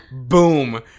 Boom